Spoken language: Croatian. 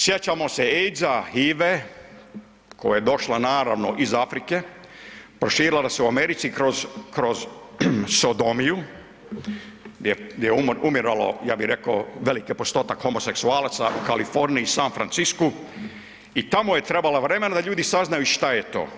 Sjećamo se AIDS-a, HIV-a koja je došla naravno iz Afrike, proširila se u Americi kroz sodomiju, gdje je umiralo ja bi rekao, veliki postotak homoseksualaca u Kaliforniji, San Franciscu, i tamo je trebalo vremena da ljudi saznaju šta je to.